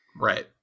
Right